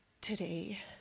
today